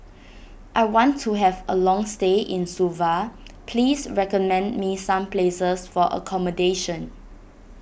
I want to have a long stay in Suva please recommend me some places for accommodation